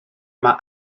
mae